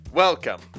Welcome